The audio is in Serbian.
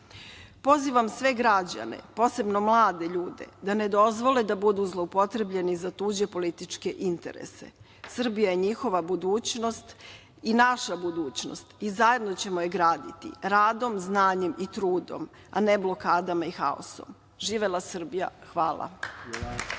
razvoja. Pozivam sve građane, posebno mlade ljude, da ne dozvole da budu zloupotrebljeni za tuđe političke interese. Srbija je njihova budućnost i naša budućnost i zajedno ćemo je graditi, radom, znanjem i trudom, a ne blokadama i haosom. Živela Srbija. Hvala.